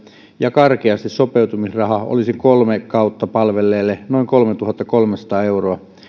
ja karkeasti sopeutumisraha olisi kolme kautta palvelleelle noin kolmetuhattakolmesataa euroa ja